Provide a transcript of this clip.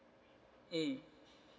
mm